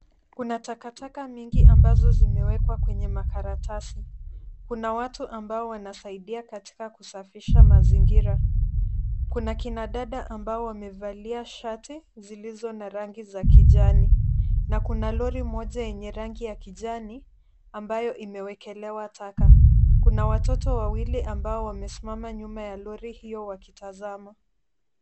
Kuna takataka mingi ambazo zimewekwa kwenye makaratasi. Kuna watu ambao wanasaidia katika kusafisha mazingira. Kuna kina dada ambao wamevalia shati zilizo na rangi za kijani na kuna lori moja yenye rangi ya kijani ambayo imewekelewa taka. Kuna watoto wawili ambao wamesimama nyuma ya lori hiyo wakitazama.